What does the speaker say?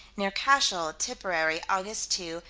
near cashel, tipperary, aug. two,